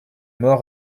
mort